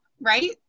right